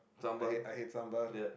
I had I had sambal